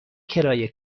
کرایه